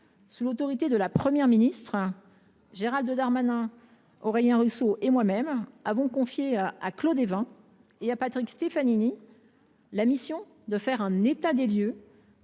sous l’autorité de la Première ministre, Gérald Darmanin, Aurélien Rousseau et moi même avons confié à Claude Évin et à Patrick Stefanini la mission de dresser un état des lieux